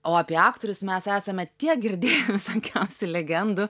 o apie aktorius mes esame tiek girdėję visokiausių legendų